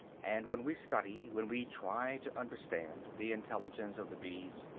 and when we study, when we try to understand, the intelligence of the bees,